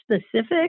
specific